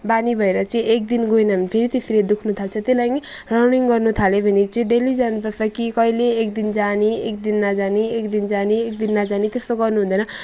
बानी भएर चाहिँ एक दिन गएन भने फेरि त्यसरी दुख्न थाल्छ त्यो लागि रनिङ गर्नुथाल्यो भने चाहिँ डेली जानुपर्छ कि कहिले एक दिन जाने एक दिन नजाने एक दिन जाने एक दिन नजाने त्यस्तो गर्नुहुँदैन